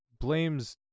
blames